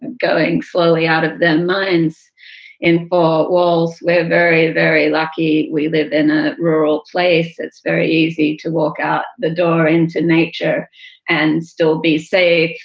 and going slowly out of. mine's in full wells. we're very, very lucky we live in a rural place. it's very easy to walk out the door into nature and still be safe.